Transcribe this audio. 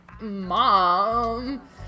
Mom